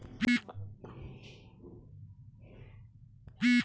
ಹಣ್ಣು, ಕಾಯಿ ಪಲ್ಯ ಮತ್ತ ಬ್ಯಾರೆ ಬ್ಯಾರೆ ಧಾನ್ಯಗೊಳ್ ಹೊಲದಾಗ್ ಬೆಳಸಿ ತೈಯಾರ್ ಮಾಡ್ದಕ್ ಉತ್ಪಾದಿಸು ಅಂತಾರ್